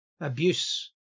abuse